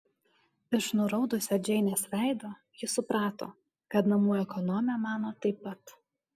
iš nuraudusio džeinės veido ji suprato kad namų ekonomė mano taip pat